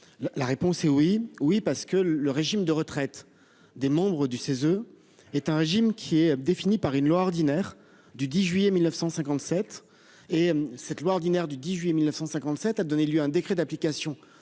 La réponse est oui, oui parce que le régime de retraite des membres du CESE est un gym qui est défini par une loi ordinaire du 10 juillet 1957 et cette loi ordinaire du 18.957 a donné lieu à un décret d'application